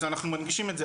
אז אנחנו מנגישים את זה,